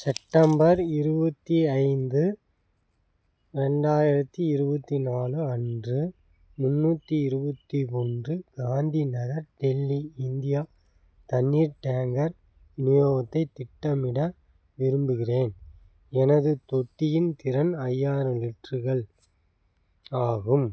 September இருபத்தி ஐந்து ரெண்டாயிரத்தி இருபத்தி நாலு அன்று முந்நூற்றி இருபத்தி ஒன்று காந்தி நகர் டெல்லி இந்தியா தண்ணீர் டேங்கர் விநியோகத்தை திட்டமிட விரும்புகிறேன் எனது தொட்டியின் திறன் ஐயாயிரம் லிட்ருகள் ஆகும்